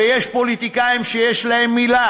ויש פוליטיקאים שיש להם מילה.